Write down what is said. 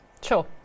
Sure